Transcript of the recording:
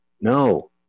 No